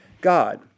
God